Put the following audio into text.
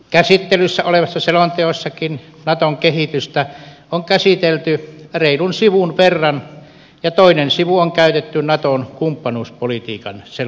käsittelyssä olevassa selonteossakin naton kehitystä on käsitelty reilun sivun verran ja toinen sivu on käytetty naton kumppanuuspolitiikan selostamiseen